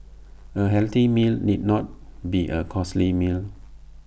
A healthy meal need not be A costly meal